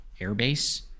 airbase